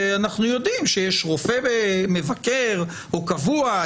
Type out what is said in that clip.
כי אנחנו יודעים שיש רופא מבקר או קבוע,